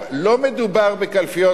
לא מדובר בקלפיות,